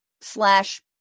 slash